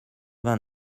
vingt